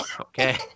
Okay